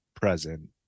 present